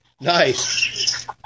Nice